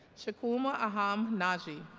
duc um ah aham nnaji